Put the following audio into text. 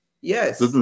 Yes